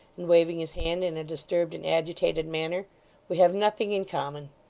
and waving his hand in a disturbed and agitated manner we have nothing in common